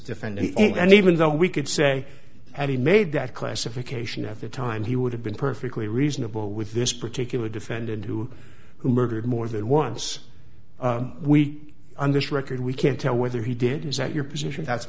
defendant and even though we could say that he made that classification at the time he would have been perfectly reasonable with this particular defendant who who murdered more than once we understood record we can't tell whether he did is that your position that's